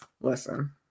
listen